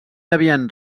havien